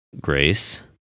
grace